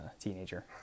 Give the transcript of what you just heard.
teenager